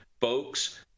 folks